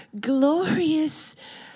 glorious